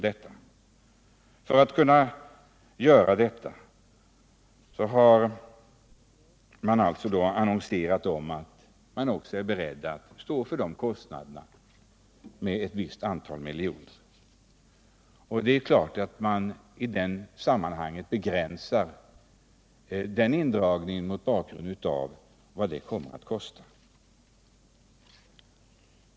Det har också aviserats att man för att fullfölja denna är beredd att stå för ett visst antal miljoner i kostnader. Självfallet kommer tågindrag ningarna mot denna bakgrund att begränsas.